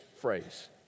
phrase